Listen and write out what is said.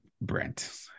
Brent